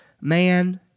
man